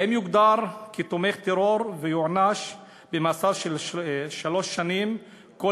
האם יוגדר כתומך טרור ויוענש במאסר של שלוש שנים כל